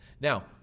Now